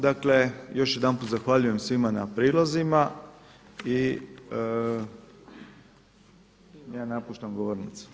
Dakle još jedanput zahvaljujem svima na prijedlozima i ja napuštam govornicu.